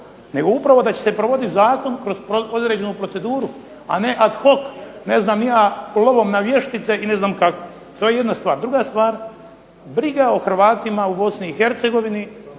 Nego upravo da će se provoditi zakon kroz određenu proceduru. A ne ad hoc ne znam ja lovom na vještice i ne znam kako. To je jedna stvar. Druga stvar. Briga o Hrvatima u Bosni i Hercegovini